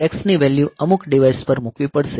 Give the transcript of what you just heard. x ની value અમુક device પર મૂકવી પડશે